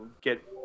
get